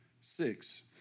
Six